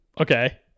Okay